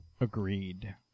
Agreed